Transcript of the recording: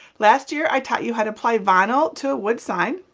last year, i taught you how to apply vinyl to a wood sign,